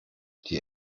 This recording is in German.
die